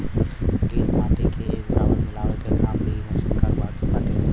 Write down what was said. गिल माटी के एक बराबर मिलावे के काम भी इ मशीन करत बाटे